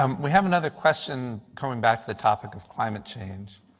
um we have another question coming back to the topic of climate change.